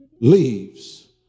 leaves